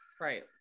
right